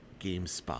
Gamespot